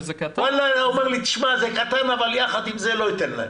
אתה אומר זה קטן אבל יחד עם זה לא אתן הם.